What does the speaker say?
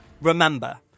Remember